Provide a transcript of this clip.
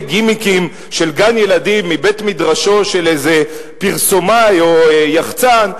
גימיקים של גן-ילדים מבית-מדרשו של איזה פרסומאי או יחצן,